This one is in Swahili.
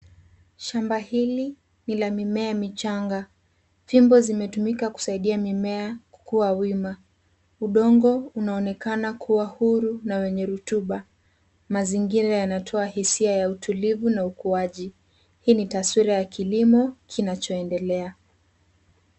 Shamba hili ni la mimea michanga, fimbo zimetumika kusaidia mimea kukuwa wima, udongo unaonekana kuwa huru na wenye rotuba, mazingira yanatowa hisia ya utulivu na ukuwaji hii ni taswira ya kilimo kinachoendelea.